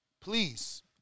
please